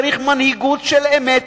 צריך מנהיגות של אמת,